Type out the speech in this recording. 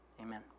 amen